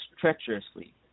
treacherously